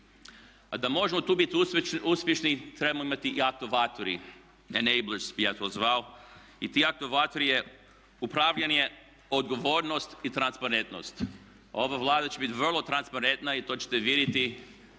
A da možemo tu biti uspješni trebamo imati …/Govornik se ne razumije./… enablers bi ja to zvao i ti …/Govornik se ne razumije./… upravljanje, odgovornost i transparentnost. Ova Vlada će biti vrlo transparentna i to ćete vidjeti.